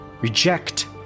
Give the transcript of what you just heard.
Reject